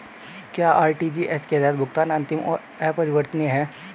क्या आर.टी.जी.एस के तहत भुगतान अंतिम और अपरिवर्तनीय है?